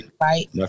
right